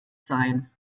sein